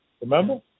Remember